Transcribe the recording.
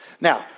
Now